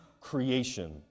creation